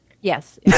Yes